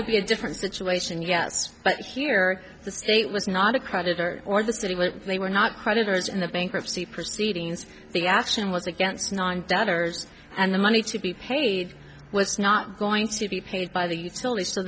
would be a different situation yes but here the state was not a creditor or the city but they were not creditors in the bankruptcy proceedings the action was against non debtors and the money to be paid was not going to be paid by the utilities so